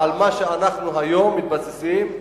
על מה שאנחנו מתבססים היום,